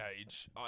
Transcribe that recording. age